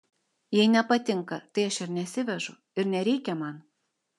jei nepatinka tai aš ir nesivežu ir nereikia man